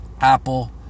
apple